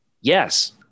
Yes